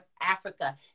Africa